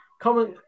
comment